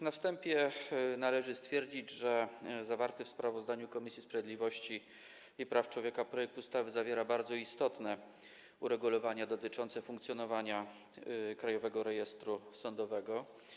Na wstępie należy stwierdzić, że zawarty w sprawozdaniu Komisji Sprawiedliwości i Praw Człowieka projekt ustawy zawiera bardzo istotne uregulowania dotyczące funkcjonowania Krajowego Rejestru Sądowego.